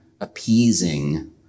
appeasing